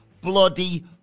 bloody